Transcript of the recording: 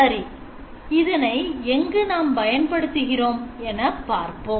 சரி இதனை எங்கு நாம் பயன்படுத்துகிறோம் என பார்ப்போம்